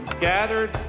gathered